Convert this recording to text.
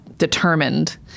Determined